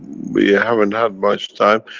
we haven't had much time.